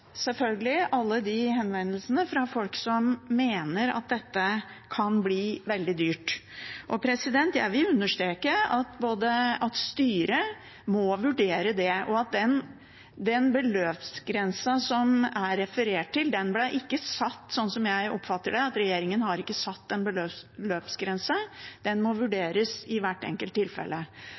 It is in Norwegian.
selvfølgelig også fått henvendelser fra folk som mener at dette kan bli veldig dyrt. Jeg vil understreke at styret må vurdere det. Når det gjelder beløpsgrensen det er referert til, har regjeringen, sånn jeg oppfatter det, ikke satt en beløpsgrense – den må vurderes i hvert enkelt tilfelle.